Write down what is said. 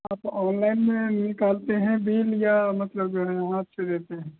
आप ऑनलाइन में निकालते हैं बिल या मतलब जो है हाथ से देते हैं